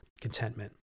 contentment